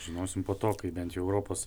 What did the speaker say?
žinosim po to kai bent jau europos